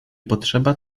potrzeba